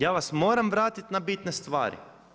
Ja vas moram vratiti na bitne stvari.